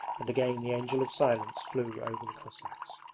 and again the angel of silence flew over the cossacks.